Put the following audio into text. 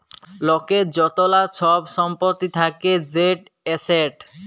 লকের য্তলা ছব ছম্পত্তি থ্যাকে সেট এসেট